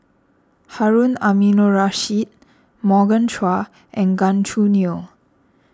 Harun Aminurrashid Morgan Chua and Gan Choo Neo